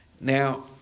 Now